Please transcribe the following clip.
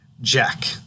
Jack